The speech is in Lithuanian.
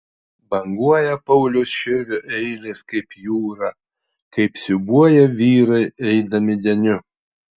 banguoja pauliaus širvio eilės kaip jūra kaip siūbuoja vyrai eidami deniu